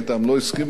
לא הסכים אתם,